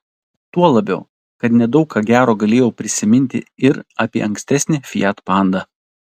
tuo labiau kad nedaug ką gero galėjau prisiminti ir apie ankstesnį fiat panda